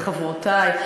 חברותי,